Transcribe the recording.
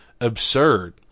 absurd